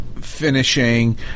finishing